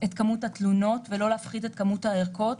את כמות התלונות ולא להפחית את כמות הערכות,